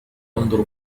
أنظر